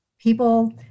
people